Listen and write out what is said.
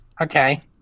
Okay